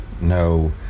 no